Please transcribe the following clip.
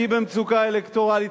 כי היא במצוקה אלקטורלית.